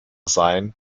sein